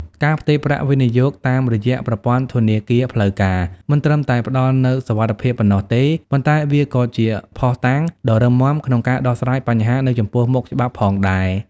ការផ្ទេរប្រាក់វិនិយោគតាមរយៈ ប្រព័ន្ធធនាគារផ្លូវការ មិនត្រឹមតែផ្ដល់នូវសុវត្ថិភាពប៉ុណ្ណោះទេ ប៉ុន្តែវាក៏ជាភស្តុតាងដ៏រឹងមាំក្នុងការដោះស្រាយបញ្ហានៅចំពោះមុខច្បាប់ផងដែរ។